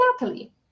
Natalie